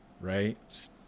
right